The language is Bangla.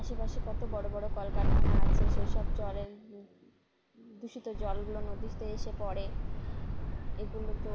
আশেপাশে কত বড়ো বড়ো কলকারখানা আছে সেসব জলের দূষিত জলগুলো নদীতে এসে পড়ে এগুলো তো